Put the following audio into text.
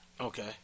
Okay